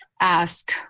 ask